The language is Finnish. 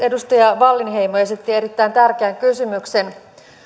edustaja wallinheimo esitti erittäin tärkeän kysymyksen